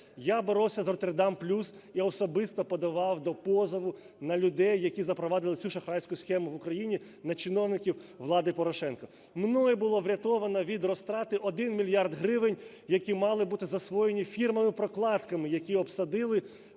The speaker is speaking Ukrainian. Я боровся з "Роттердам плюс" і особисто подавав позови на людей, які запровадили цю шахрайську схему в Україні, на чиновників влади Порошенка. Мною було врятовано від розтрати 1 мільярд гривень, які мали бути засвоєні фірмами-прокладками, які обсадили